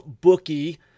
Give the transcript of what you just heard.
bookie